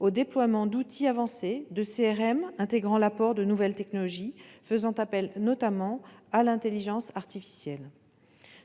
au déploiement d'outils avancés de CRM, ou, intégrant l'apport de nouvelles technologies faisant appel notamment à l'intelligence artificielle.